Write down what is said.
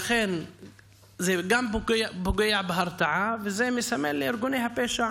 לכן זה גם פוגע בהרתעה וזה מסמל לארגוני הפשע